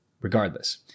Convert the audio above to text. Regardless